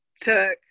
took